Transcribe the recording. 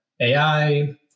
AI